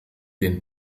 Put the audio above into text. den